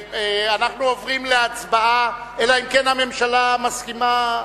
אנחנו עוברים להצבעה, אלא אם כן הממשלה מסכימה,